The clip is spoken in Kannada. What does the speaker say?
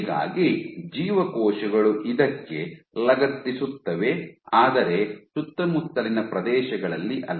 ಹೀಗಾಗಿ ಜೀವಕೋಶಗಳು ಇದಕ್ಕೆ ಲಗತ್ತಿಸುತ್ತವೆ ಆದರೆ ಸುತ್ತಮುತ್ತಲಿನ ಪ್ರದೇಶಗಳಲ್ಲಿ ಅಲ್ಲ